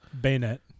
Bayonet